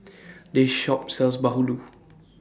This Shop sells Bahulu